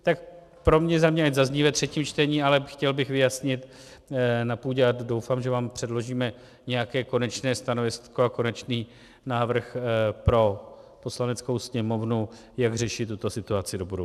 Tak pro mě za mě ať zazní ve třetím čtení, ale chtěl bych vyjasnit na půdě, a doufám, že vám předložíme nějaké konečné stanovisko a konečný návrh pro Poslaneckou sněmovnu, jak řešit tuto situaci do budoucna.